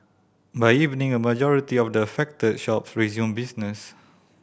by evening a majority of the affected shops resumed business